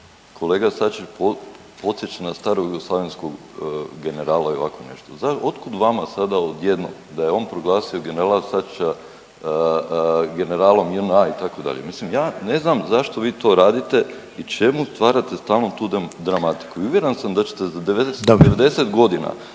kolega Sačić podsjeća na starog jugoslavenskog generala i ovako nešto. Otkud vama sada odjednom da je on proglasio generala generalom JNA itd., mislim ja ne znam zašto vi to radite i čemu stvarate stalno tu dramatiku. I uvjeren sam da ćete za 90 godina